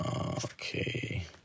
Okay